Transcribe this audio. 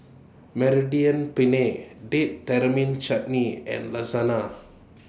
Mediterranean Penne Date Tamarind Chutney and